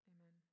Amen